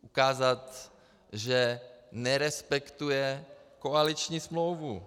Ukázat, že nerespektuje koaliční smlouvu.